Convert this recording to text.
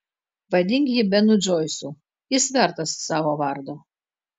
vadink jį benu džoisu jis vertas savo vardo